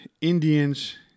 Indians